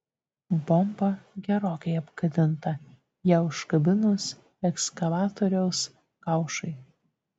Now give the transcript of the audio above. bomba gerokai apgadinta ją užkabinus ekskavatoriaus kaušui